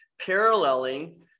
paralleling